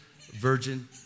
virgin